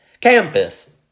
campus